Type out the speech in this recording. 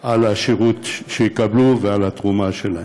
על השירות שיקבלו ועל התרומה שלהם.